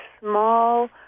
small